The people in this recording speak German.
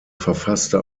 verfasste